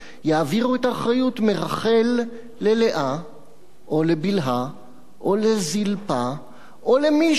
את האחריות מרח"ל ללאה או לבלהה או לזלפה או למישהו אחר.